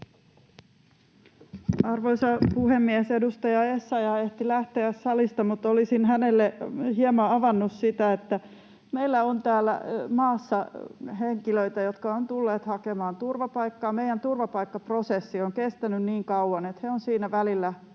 Arvoisa puhemies! Edustaja Essayah ehti lähteä salista, mutta olisin hänelle hieman avannut sitä, että meillä on täällä maassa henkilöitä, jotka ovat tulleet hakemaan turvapaikkaa, mutta meidän turvapaikkaprosessi on kestänyt niin kauan, että he ovat siinä välillä